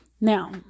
Now